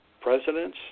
presidents